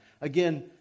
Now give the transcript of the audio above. Again